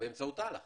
באמצעות אל"ח